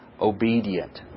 obedient